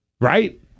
Right